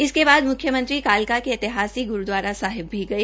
इसके बाद मुख्यमंत्री कालका के ऐतिहासिक ग्रुद्वारा सिंह सभा साहेब भी गए